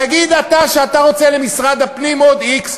תגיד אתה שאתה רוצה למשרד הפנים עוד x,